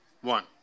one